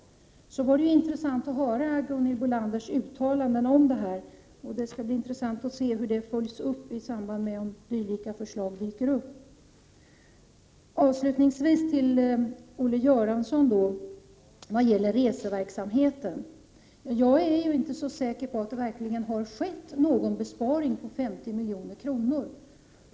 Sedan var det intressant att höra Gunhild Bolanders uttalande, och det skall också bli intressant att se hur det följs upp i samband med att sådana förslag dyker upp. Avslutningsvis vill jag säga några ord till Olle Göransson beträffande reseverksamheten. Jag är inte så säker på att det verkligen har sparats 50 milj.kr.